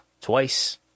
twice